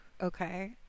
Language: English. Okay